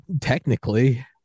technically